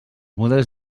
models